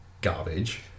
garbage